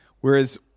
Whereas